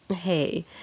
Hey